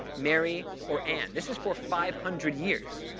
mary, or anne. this is for five hundred years.